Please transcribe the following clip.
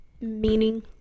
meaning